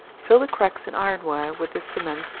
fill the cracks in iron-ware with this cement,